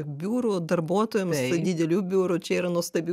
biurų darbuotojams tų didelių biurų čia yra nuostabi